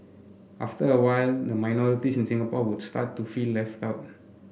after a while the minorities in Singapore would start to feel left out